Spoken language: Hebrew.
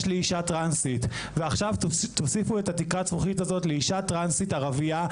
לאישה טרנסית ועכשיו תוסיפו את זה לאישה טרנסית ערביה,